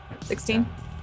16